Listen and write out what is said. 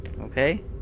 Okay